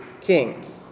king